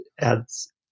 adds